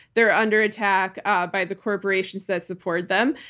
they're under attack ah by the corporations that support them.